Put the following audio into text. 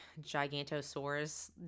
Gigantosaurus